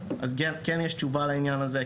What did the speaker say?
אז כן יש תשובה לעניין הזה,